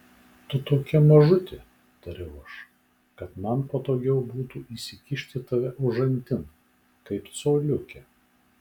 tu tokia mažutė tariau aš kad man patogiau būtų įsikišti tave užantin kaip coliukę